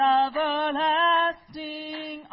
everlasting